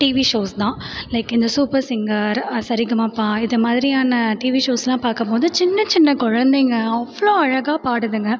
TV shows தான் like இந்த super singer Sarigamapa இதைமாதிரியான டிவி ஷோஸ்லாம் பார்க்கம்போது சின்ன சின்ன குழந்தைங்க அவ்வளோ அழகாக பாடுதுங்க